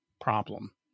problem